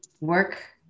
work